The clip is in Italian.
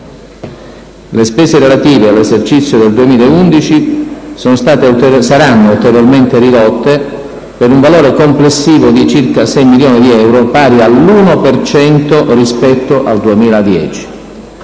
Le spese relative all'esercizio del 2011 saranno ulteriormente ridotte per un valore complessivo di circa 6 milioni di euro, pari all'1 per cento rispetto al 2010.